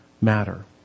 matter